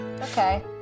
Okay